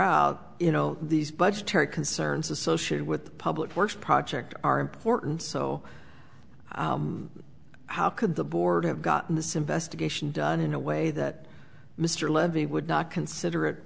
out you know these budgetary concerns associated with the public works project are important so how could the board have gotten this investigation done in a way that mr levy would not consider